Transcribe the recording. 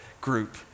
group